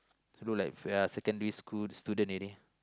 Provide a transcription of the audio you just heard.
look like we are secondary school student already